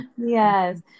yes